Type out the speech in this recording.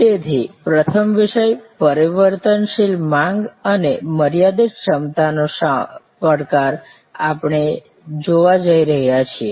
તેથી પ્રથમ વિષય પરિવર્તનશીલ માંગ અને મર્યાદિત ક્ષમતાનો પડકાર આપણે જોવા જઈ રહ્યા છીએ